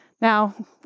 Now